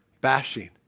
bashing